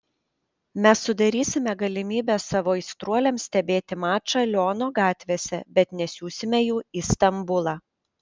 mes sudarysime galimybę savo aistruoliams stebėti mačą liono gatvėse bet nesiųsime jų į stambulą